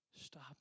Stop